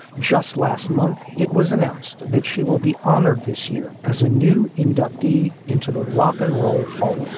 just last month, it was announced that she will be honored this year as a new inductees into the rock and roll hall